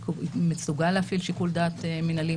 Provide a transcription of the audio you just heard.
מסוגל להפעיל שיקול דעת מנהלי,